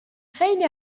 خلی